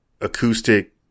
acoustic